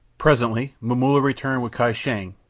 presently momulla returned with kai shang,